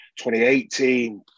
2018